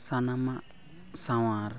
ᱥᱟᱱᱟᱢᱟᱜ ᱥᱟᱶᱟᱨ